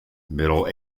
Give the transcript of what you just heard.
middle